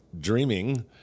dreaming